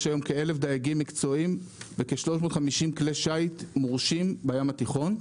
יש היום כ-1,000 דייגים מקצועיים וכ-350 כלי שיט מורשים בים התיכון.